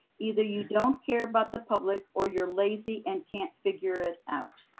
either you don't care about the public or you're lazy and can't figure it out.